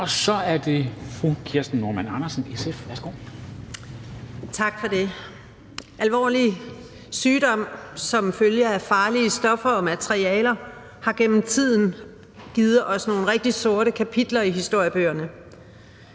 12:00 (Ordfører) Kirsten Normann Andersen (SF): Tak for det. Alvorlig sygdom som følge af farlige stoffer og materialer har gennem tiden givet os nogle rigtig sorte kapitler i historiebøgerne.